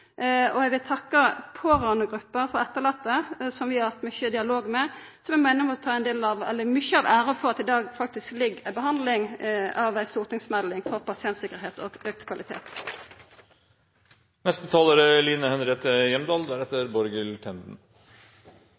Og eg vil takka pårørandegruppa for etterlatne, som vi har hatt mykje dialog med, som eg meiner må ta mykje av æra for at det i dag ligg til behandling ei stortingsmelding om pasientsikkerheit og auka kvalitet. Kristelig Folkeparti er svært glad for at regjeringen la fram den stortingsmeldingen som vi i dag behandler, om kvalitet og pasientsikkerhet i helsetjenesten. Meldingen er